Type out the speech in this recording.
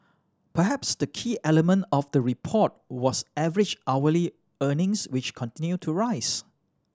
perhaps the key element of the report was average hourly earnings which continued to rise